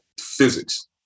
physics